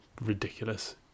Ridiculous